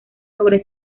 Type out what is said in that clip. sobre